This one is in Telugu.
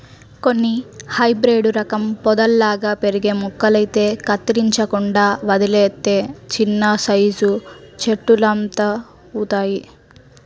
కొన్ని హైబ్రేడు రకం పొదల్లాగా పెరిగే మొక్కలైతే కత్తిరించకుండా వదిలేత్తే చిన్నసైజు చెట్టులంతవుతయ్